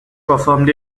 performed